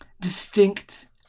distinct